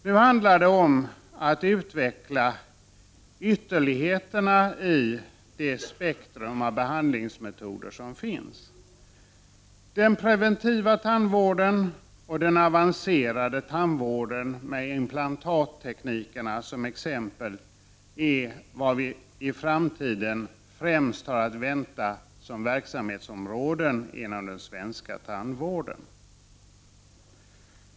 Nu handlar det om att utveckla ytterligheterna i det spektrum av behandlingsmetoder som finns. Den preventiva tandvården och den avancerade tandvården med implantatteknikerna som exempel är vad vi i framtiden främst har att vänta som verksamhetsområden inom den svenska tandvården.